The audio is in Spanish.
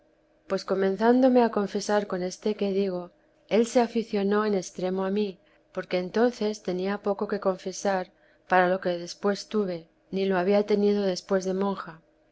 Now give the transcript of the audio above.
pues comenzándome a confesar con este que digo él se aficionó en extremo a mí porque entonces tenía poco que confesar para lo que después tuve ni lo había tenido después de monja